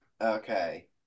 Okay